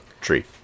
tree